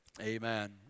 Amen